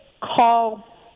call